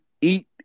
Eat